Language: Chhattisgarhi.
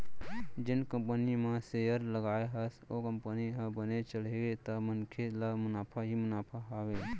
जेन कंपनी म सेयर लगाए हस ओ कंपनी ह बने चढ़गे त मनखे ल मुनाफा ही मुनाफा हावय